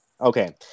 Okay